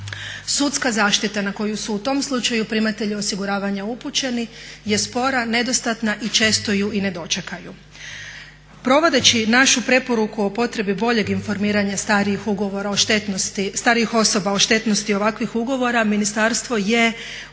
Sudska zaštita na koju su u tom slučaju primatelji osiguravanja upućeni je spora, nedostatna i često ju i ne dočekaju. Provodeći našu preporuku o potrebi boljeg informiranja starijih ugovora o štetnosti, starijih osoba o štetnosti ovakvih